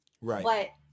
Right